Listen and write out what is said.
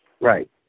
Right